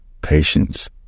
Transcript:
patience